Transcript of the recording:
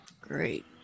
Great